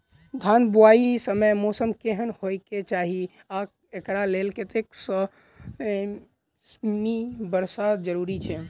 धान बुआई समय मौसम केहन होइ केँ चाहि आ एकरा लेल कतेक सँ मी वर्षा जरूरी छै?